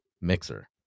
mixer